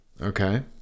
okay